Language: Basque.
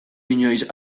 inoiz